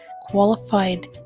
qualified